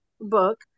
book